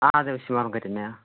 ആ അതെ fish market തന്നെയാണ്